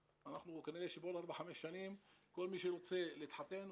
כנראה שבעוד ארבע-חמש שנים כל מי שירצה להתחתן,